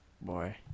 boy